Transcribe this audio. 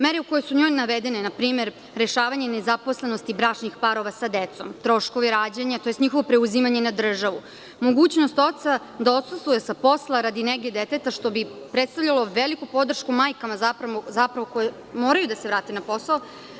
Mere koje su u njoj navedene, rešavanje nezaposlenosti bračnih parova sa decom, troškovi rađanja, njihovo preuzimanje na državu, mogućnost oca da odsustvuje sa posla radi nege deteta, što bi predstavljalo veliku podršku majkama koje moraju da se vrate na posao.